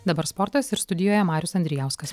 dabar sportas ir studijoje marius andriejauskas